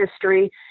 history